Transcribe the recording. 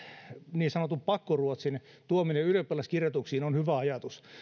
niin sanotun pakkoruotsin tuominen ylioppilaskirjoituksiin on hyvä ajatus